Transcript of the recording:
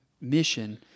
mission